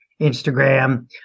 Instagram